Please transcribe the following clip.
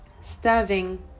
starving